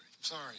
sorry